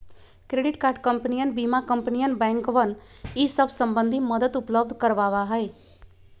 credit card कंपनियन बीमा कंपनियन बैंकवन ई सब संबंधी मदद उपलब्ध करवावा हई